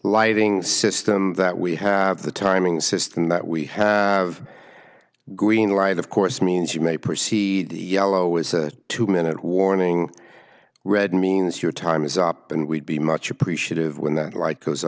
lighting system that we have the timing system that we have green light of course means you may proceed yellow was a two minute warning red means your time is up and we'd be much appreciative when that like goes